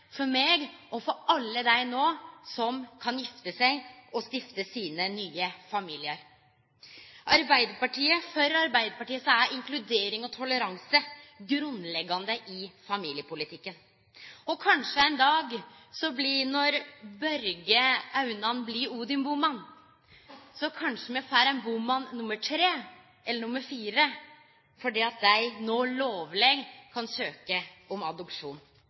for meg, og for alle dei som no kan gifte seg og stifte nye familiar. For Arbeidarpartiet er inkludering og toleranse grunnleggjande i familiepolitikken. Kanskje me ein dag, når Børge Aunan blir gift med Odin Bohmann, får ein Bohmann nr. 3 eller nr. 4, fordi dei no lovleg kan søkje om adopsjon.